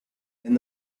and